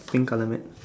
pink colour mat